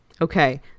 okay